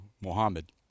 Muhammad